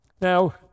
Now